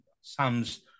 Sam's